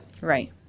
Right